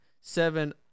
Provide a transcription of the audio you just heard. seven